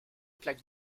plaques